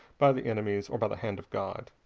by the enemy's, or by the hand of god.